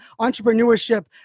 entrepreneurship